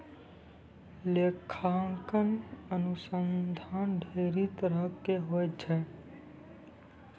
लेखांकन अनुसन्धान ढेरी तरहो के होय छै